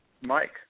Mike